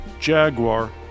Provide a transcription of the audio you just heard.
Jaguar